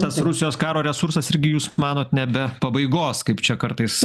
tas rusijos karo resursas irgi jūs manot ne be pabaigos kaip čia kartais